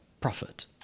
profit